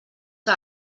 que